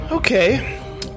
Okay